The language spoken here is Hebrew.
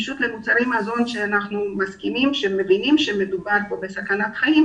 שאנחנו מבינים שמדובר פה בסכנת חיים,